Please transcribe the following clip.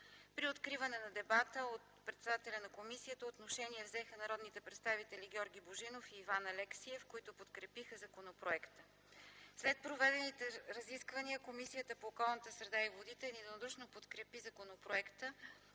След откриването на дебата от председателя на комисията отношение взеха народните представители Георги Божинов и Иван Алексиев, които подкрепиха законопроекта. След проведените разисквания Комисията по околната среда и водите единодушно подкрепи законопроекта